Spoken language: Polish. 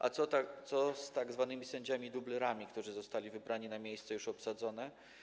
A co z tzw. sędziami dublerami, którzy zostali wybrani na miejsca już obsadzone?